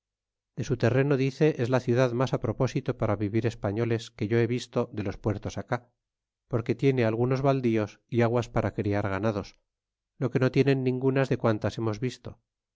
de su terreno dice es la ciudad mas á propósito para vivir españoles quo yo he visto de los puertos acá porque tiene algunos valdios y aguas para criar ganados lo que no tienen ningunas de guatitas hemos visto